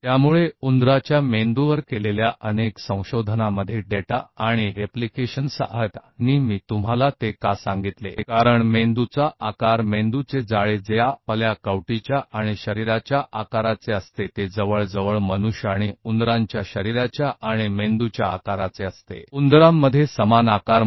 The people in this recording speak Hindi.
तो चूहे के मस्तिष्क पर किए गए बहुत सारे शोध का डेटा हैं और मैंने आपको बताया था एंड एप्लीकेशन क्यों है क्योंकि कि मस्तिष्क का आकार मस्तिष्क का नेटवर्क जो हमारी खोपड़ी और शरीर के आकार के होते हैं लगभग मनुष्य और चूहों में शरीर और मस्तिष्क के आकार का अनुपात समान होते हैं